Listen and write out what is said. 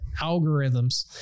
Algorithms